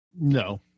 No